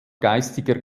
geistiger